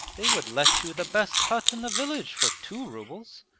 they would let you the best hut in the village for two rubles.